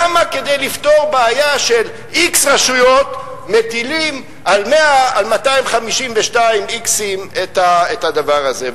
למה כדי לפתור בעיה של x רשויות מטילים על 252 איקסים את הדבר הזה?